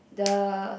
the